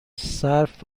صرف